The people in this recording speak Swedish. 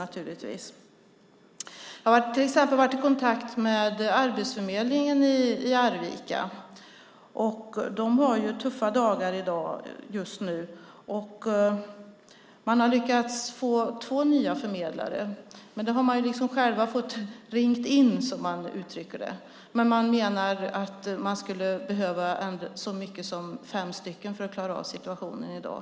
Jag har till exempel varit i kontakt med Arbetsförmedlingen i Arvika. De har tuffa dagar just nu. Man har lyckats få två nya förmedlare, men dem har man liksom själv fått ringa in, som man uttrycker det. Man menar att man skulle behöva så mycket som fem stycken för att klara av situationen i dag.